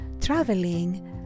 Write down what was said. traveling